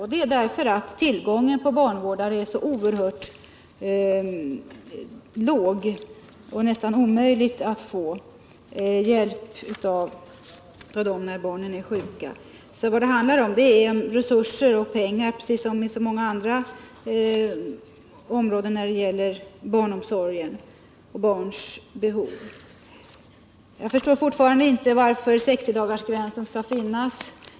Orsaken är att tillgången på barnvårdare är så oerhört begränsad; det är nästan omöjligt att få hjälp av barnvårdare när barnen är sjuka. Vad det handlar om är alltså resurser och pengar, precis som på så många andra områden när det gäller barnomsorg och barns behov. Jag förstår fortfarande inte varför 60-dagarsgränsen skall finnas.